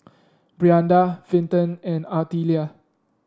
Brianda Vinton and Artelia